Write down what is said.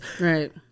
Right